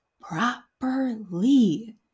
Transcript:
properly